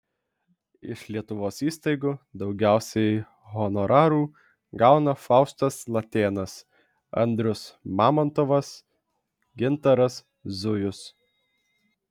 iš lietuvos įstaigų daugiausiai honorarų gauna faustas latėnas andrius mamontovas gintaras zujus